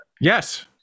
Yes